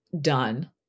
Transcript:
done